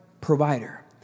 provider